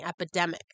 epidemic